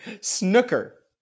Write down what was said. Snooker